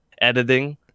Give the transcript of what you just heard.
editing